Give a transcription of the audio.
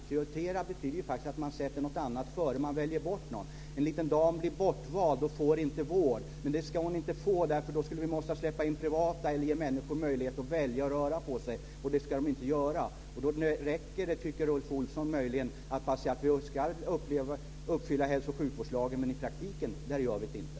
Prioritera betyder faktiskt att man sätter något annat före. Man väljer bort någon. En liten dam blir bortvald och får inte vård, men det ska hon inte få för då skulle vi tvingas släppa in det privata eller ge människor möjlighet att välja och röra på sig och det ska de inte göra. Det räcker, tycker Rolf Olsson möjligen, att säga att vi ska uppfylla hälso och sjukvårdslagen. I praktiken gör vi det inte.